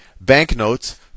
banknotes